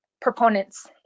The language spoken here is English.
proponents